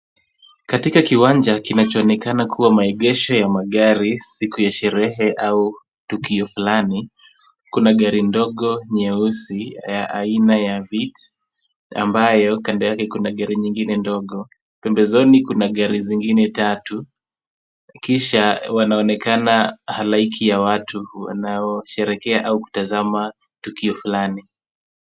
Katika kiwanja kinachoonekana kuwa maegesho ya magari, siku ya sherehe au tukio fulani, kuna gari ndogo nyeusi ya aina ya Vitz, ambayo kando yake kuna gari nyingine ndogo, pembezoni kuna gari zingine tatu, kisha wanaonekana halaiki ya watu wanaosherehekea au kutazama tukio fulani.